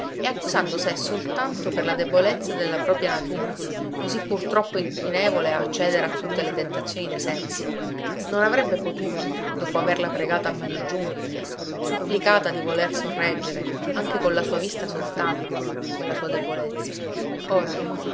e accusando sé soltanto per la debolezza della propria natura così purtroppo inchinevole a cedere a tutte le tentazioni dei sensi non avrebbe potuto dopo averla pregata a mani giunte supplicata di voler sorreggere anche con la sua vista soltanto quella sua debolezza ora